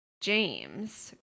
James